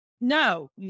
No